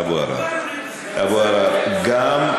אבו עראר, אבו עראר, גם,